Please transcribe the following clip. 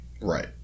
Right